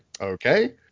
Okay